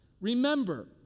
Remember